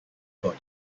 body